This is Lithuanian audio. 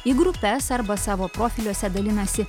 į grupes arba savo profiliuose dalinasi